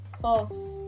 false